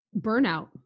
Burnout